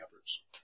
efforts